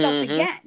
again